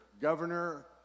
governor